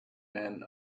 men